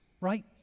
right